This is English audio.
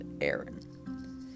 aaron